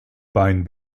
bein